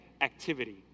activity